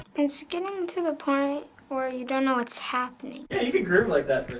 and it's getting to the point where you don't know what's happening groove like that